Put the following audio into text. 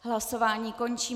Hlasování končím.